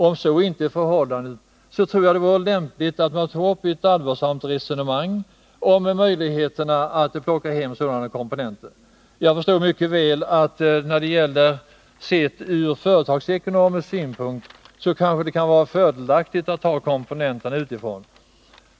Om så inte är förhållandet tror jag det vore lämpligt att man tog upp ett allvarligt resonemang om möjligheterna att plocka hem tillverkning av sådana här komponenter. Jag förstår mycket väl att det ur företagsekonomisk synpunkt sett kan vara fördelaktigt att ta komponenterna utifrån.